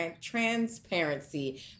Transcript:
Transparency